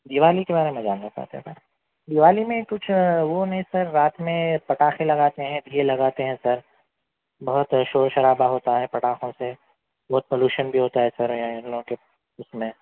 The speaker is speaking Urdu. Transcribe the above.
دیوالی کے بارے میں جاننا چاہتے ہیں سر دیوالی میں کچھ وہ نہیں سر رات میں پٹاخے لگاتے ہیں دیئے لگاتے ہیں سر بہت شور شرابا ہوتا ہے پٹاخوں سے بہت پلوشن بھی ہوتا ہے سر یہاں ان لوگوں کے اس میں